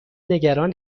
نگران